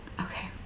Okay